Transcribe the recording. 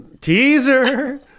Teaser